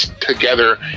Together